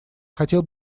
хотел